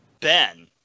Ben